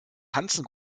tanzen